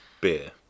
Beer